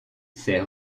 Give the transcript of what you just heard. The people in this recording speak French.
ses